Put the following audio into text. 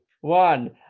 One